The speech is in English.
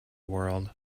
world